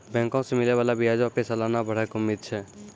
बैंको से मिलै बाला ब्याजो पे सलाना बढ़ै के उम्मीद छै